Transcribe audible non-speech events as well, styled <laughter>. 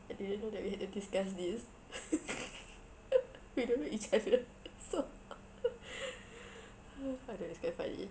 I didn't know that we had to discuss this <laughs> we don't know each other <laughs> so <laughs> !aduh! it's quite funny